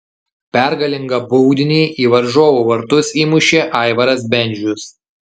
pergalingą baudinį į varžovų vartus įmušė aivaras bendžius